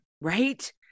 Right